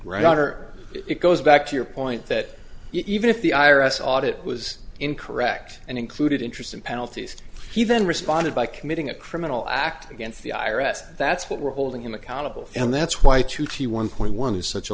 writer it goes back to your point that even if the i r s audit was incorrect and included interest and penalties he then responded by committing a criminal act against the i r s that's what we're holding him accountable and that's why tucci one point one is such a